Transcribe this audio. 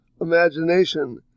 Imagination